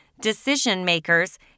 decision-makers